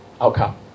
outcome